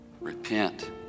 Repent